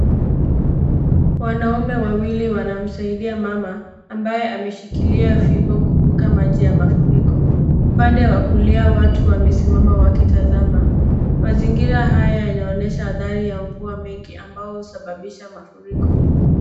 Wanaume wawili wanamsaindia mamaa, ambaye ameshikilia fimbo kuvuka maji ya mafuriko, upande wakulia watu wamesimama wakitazama. Mazingira yanaonyesha athari ya mvua ambayo husababisha mafuriko.